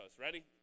Ready